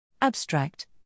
Abstract